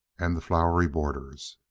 and the flowery borders.